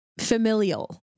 familial